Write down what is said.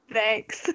Thanks